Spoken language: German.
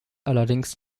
allerdings